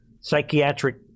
psychiatric